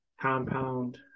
compound